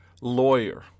lawyer